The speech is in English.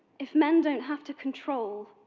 if men don't have to control,